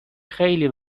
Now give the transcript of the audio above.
خیلی